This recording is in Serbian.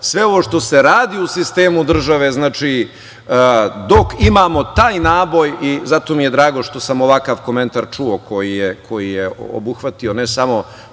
sve ovo što se radi u sistemu države, dok imamo taj naboj, zato mi je drago što sam ovakav komentar čuo koji je obuhvatio ne samo